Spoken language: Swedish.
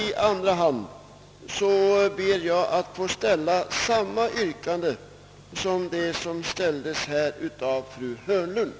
I andra hand ber jag att få ställa samma yrkande som det som här framfördes av fru Hörnlund.